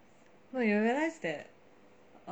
no you will realise that